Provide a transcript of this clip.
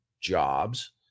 jobs